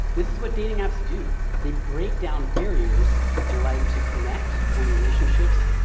this is what dating apps do. they break down barriers and allow you to connect, form relationships,